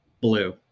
Blue